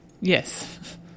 Yes